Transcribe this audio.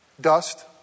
Dust